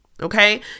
Okay